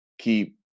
keep